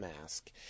mask